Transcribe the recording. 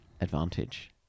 advantage